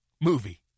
movie